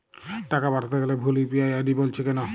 টাকা পাঠাতে গেলে ভুল ইউ.পি.আই আই.ডি বলছে কেনো?